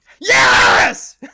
Yes